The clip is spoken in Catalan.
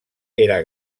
era